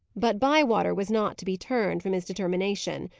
but bywater was not to be turned from his determination.